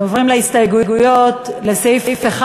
להסתייגות לסעיף 1